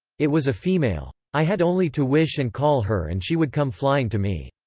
it was a female. i had only to wish and call her and she would come flying to me.